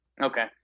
Okay